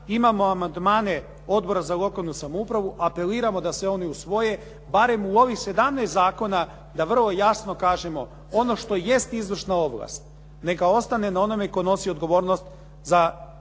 Imamo amandmane Odbora za lokalnu samoupravu, apeliramo da se oni usvoje barem u ovih 17 zakona da vrlo jasno kažemo ono što jest izvršna ovlast, neka ostane na onome tko nosi odgovornost za izvršne